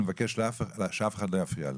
אני מבקש שאף אחד לא יפריע לה.